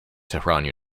tehran